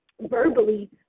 verbally